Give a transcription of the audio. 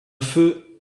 feu